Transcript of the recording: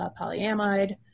polyamide